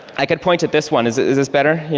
i can point at this one. is is this better?